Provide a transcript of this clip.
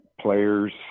players